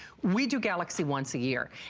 we do galaxy once a year.